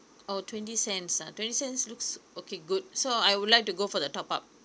oh twenty cents ah twenty cents looks okay good so I would like to go for the top up